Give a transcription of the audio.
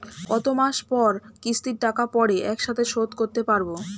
কত মাস পর কিস্তির টাকা পড়ে একসাথে শোধ করতে পারবো?